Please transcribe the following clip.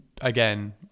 again